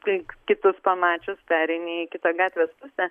tik kitus pamačius pereini į kitą gatvės pusę